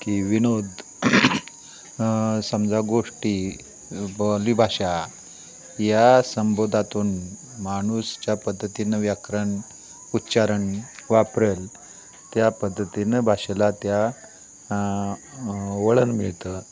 की विनोद समजा गोष्टी बोलीभाषा या संबोधातून माणूस ज्या पद्धतीनं व्याकरण उच्चारण वापरेल त्या पद्धतीनं भाषेला त्या वळण मिळतं